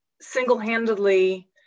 single-handedly